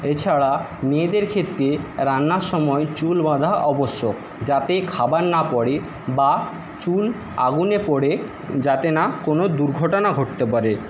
এছাড়া মেয়েদের ক্ষেত্রে রান্নার সময় চুল বাঁধা আবশ্যক যাতে খাবার না পড়ে বা চুল আগুনে পুড়ে যাতে না কোনো দুর্ঘটনা ঘটতে পারে